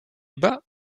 bat